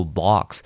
box